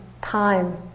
time